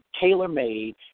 tailor-made